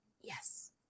yes